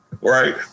right